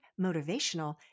motivational